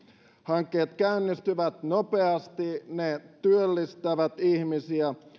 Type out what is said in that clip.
hankkeet käynnistyvät nopeasti ne työllistävät ihmisiä